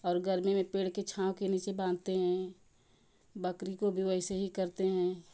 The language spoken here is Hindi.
और गर्मी में पेड़ के छाँव के नीचे बांधते हैं बकरी को भी वैसे ही करते हैं